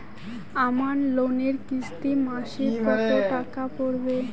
আমার লোনের কিস্তি মাসিক কত টাকা পড়বে?